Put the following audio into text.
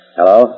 Hello